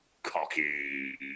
cocky